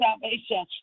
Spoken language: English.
salvation